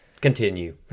Continue